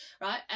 right